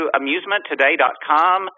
amusementtoday.com